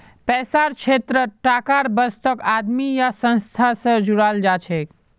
पैसार क्षेत्रत टाकार बचतक आदमी या संस्था स जोड़ाल जाछेक